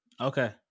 Okay